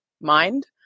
mind